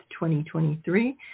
2023